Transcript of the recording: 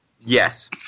Yes